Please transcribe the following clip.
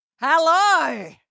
Hello